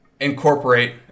incorporate